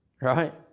right